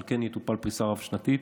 אבל כן יטופל בפריסה רב-שנתית.